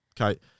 Okay